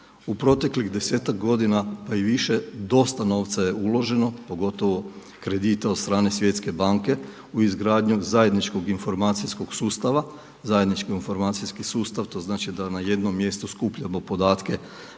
U proteklih 10-ak godina pa i više dosta novca je uloženo, pogotovo kredita od strane Svjetske banke u izgradnju zajedničkog informacijskog sustava. Zajednički informacijski sustav, to znači da na jednom mjestu skupljamo podatke